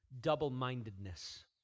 double-mindedness